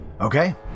Okay